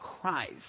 Christ